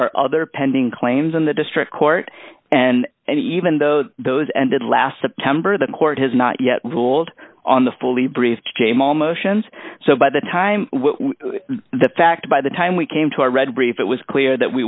are other pending claims in the district court and and even though those ended last september the court has not yet ruled on the fully briefed jame all motions so by the time the fact by the time we came to a read brief it was clear that we